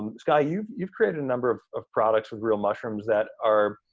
um skye, you've you've created a number of of products with real mushrooms that are